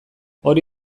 hori